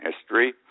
history